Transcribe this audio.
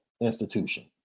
institution